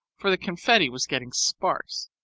for the confetti was getting sparse.